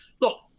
look